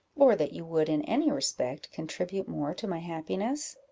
or that you would, in any respect, contribute more to my happiness?